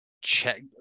check